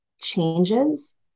changes